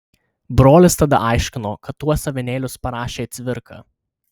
brolis tada aiškino kad tuos avinėlius parašė cvirka